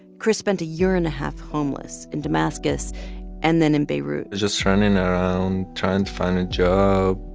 chris spent a year and a half homeless in damascus and then in beirut just turning around, trying to find a job,